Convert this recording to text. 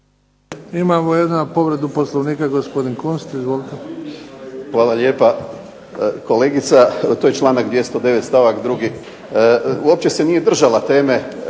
Imamo jednu povredu Poslovnika, gospodin Kunst. Izvolite. **Kunst, Boris (HDZ)** Hvala lijepa. Kolegica to je članak 209. stavak 2. uopće se nije držala teme